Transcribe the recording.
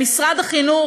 במשרד החינוך,